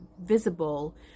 visible